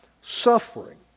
suffering